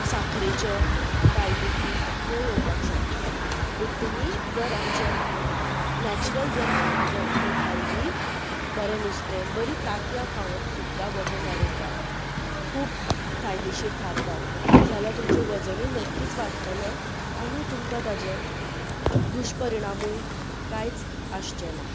साखरेचें diabetes हें येवपाक शकता पूण तुमी जर आमचें नॅचरल जर खाणां जर तुमी खाल्लीं बरें नुस्तें बरीं तांतयां खावप सुद्दां वजन वाडोवपाक खूब फायदेशीर थारतात जाल्यार तुमचें वजनूय नक्कीच वाडटलें आनी तुमकां ताचें दुश्परिणामय कांयच आसचेंना